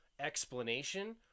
explanation